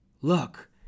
Look